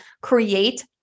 create